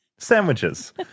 Sandwiches